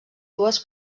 dues